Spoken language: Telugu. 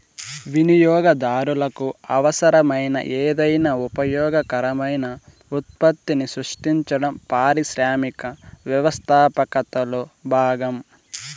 వినియోగదారులకు అవసరమైన ఏదైనా ఉపయోగకరమైన ఉత్పత్తిని సృష్టించడం పారిశ్రామిక వ్యవస్థాపకతలో భాగం